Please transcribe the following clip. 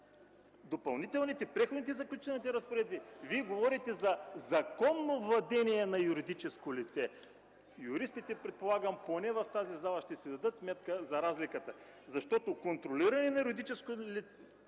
имущество, а в Преходните и заключителните разпоредби Вие говорите за законно владение на юридическо лице. Юристите, предполагам, поне в тази зала ще си дадат сметка за разликата, защото контролиране на юридическо лице